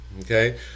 Okay